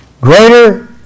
Greater